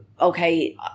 Okay